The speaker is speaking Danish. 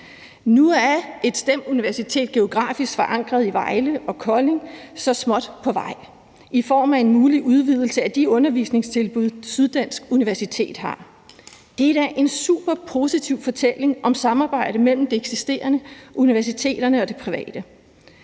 Nu er et STEM-universitet geografisk forankret i Vejle og Kolding så småt på vej i form af en mulig udvidelse af de undervisningstilbud, Syddansk Universitet har. Det er da en superpositiv fortælling om samarbejde mellem det eksisterende, universiteterne og det private.